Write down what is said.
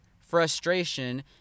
frustration